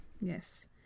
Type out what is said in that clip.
yes